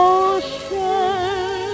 ocean